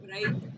Right